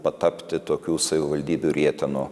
patapti tokių savivaldybių rietenų